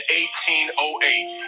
1808